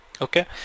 okay